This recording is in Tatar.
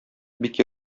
бик